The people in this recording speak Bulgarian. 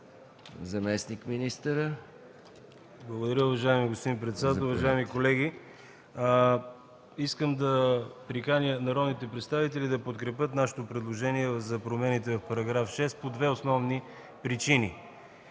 МЛАДЕНОВ (ГЕРБ): Благодаря, уважаеми господин председател. Уважаеми колеги, искам да приканя народните представители да подкрепят нашето предложение за промените в § 6 по две основни причини.